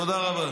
תודה רבה.